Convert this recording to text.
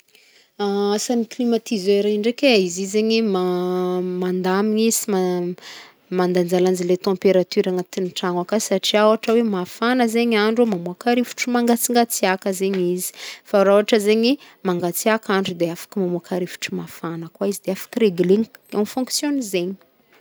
Asan'ny climatiseur i ndraiky e, izy i zagny ma mandamigny sy ma mandanjalanja le temperature agnatin'ny trano aka, satria ôhatra hoe mafana zegny andro, mamoàka rivotry mangatsingatsiàka zegny izy, fa raha ôhatra zegny mangatsiàka zegny andro de afaky mamoaka rivotry mafana koa izy, de afaky reglena en fonction anzegny.